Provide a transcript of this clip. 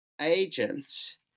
agents